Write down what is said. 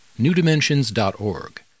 newdimensions.org